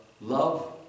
love